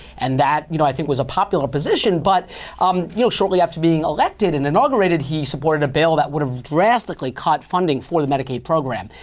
and that you know i think was a popular position. but um shortly after being elected, and inaugurated he supported a bill that would have drastically cut funding for the medicaid program.